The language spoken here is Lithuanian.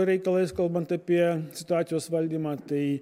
reikalais kalbant apie situacijos valdymą tai